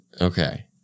Okay